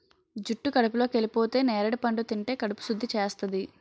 జుట్టు కడుపులోకెళిపోతే నేరడి పండు తింటే కడుపు సుద్ధి చేస్తాది